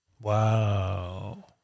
Wow